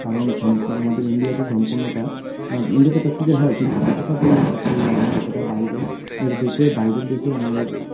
কারণ আমাদের ইন্ডিয়াতে সম্পূর্ণটা ইন্ডিয়াতে প্র্যাকটিক্যাল হয় কিন্তু যে এটা বাইরের দেশে বাইরের দেশে আমাদের